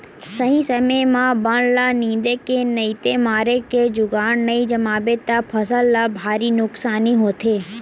सही समे म बन ल निंदे के नइते मारे के जुगाड़ नइ जमाबे त फसल ल भारी नुकसानी होथे